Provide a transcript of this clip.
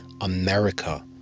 America